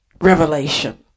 revelation